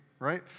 right